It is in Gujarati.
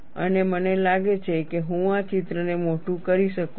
અને મને લાગે છે કે હું આ ચિત્રને મોટું કરી શકું છું